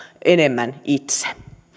enemmän itse